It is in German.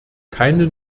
keine